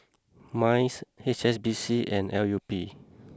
Minds HSBC and L U P